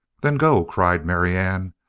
then go, cried marianne,